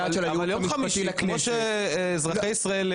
אבל יום חמישי הוא יום עבודה רגיל כמו שעובדים אזרחי ישראל.